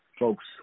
Folks